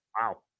Wow